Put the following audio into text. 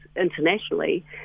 internationally